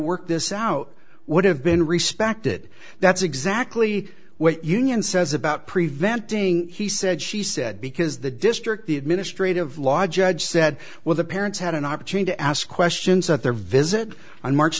work this out would have been respected that's exactly what union says about preventing he said she said because the district the administrative law judge said well the parents had an option to ask questions of their visit on march